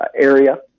area